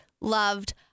loved